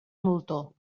moltó